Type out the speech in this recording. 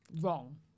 wrong